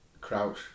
Crouch